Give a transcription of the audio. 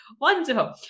Wonderful